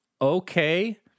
okay